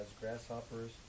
grasshoppers